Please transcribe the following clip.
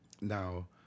Now